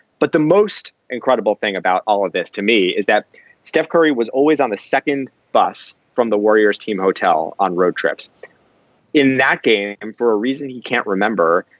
but the most incredible thing about all of this to me is that steph curry was always on the second bus from the warriors team hotel on road trips in that game. and for a reason he can't remember.